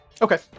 Okay